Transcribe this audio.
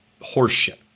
horseshit